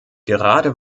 gerade